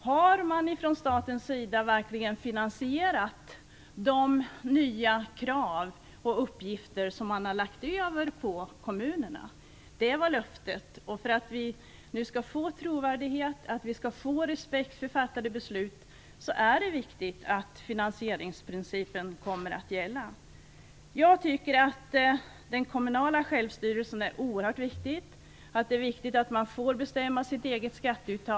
Har man från statens sida verkligen finansierat de nya krav och uppgifter som lagts över på kommunerna? Det var löftet, och för att vi skall få trovärdighet och respekt för fattade beslut är det viktigt att finansieringsprincipen kommer att gälla. Jag tycker att den kommunala självstyrelsen är oerhört viktig, och jag tycker också att det är viktigt att kommunerna får bestämma över sitt eget skatteuttag.